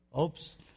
Oops